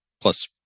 plus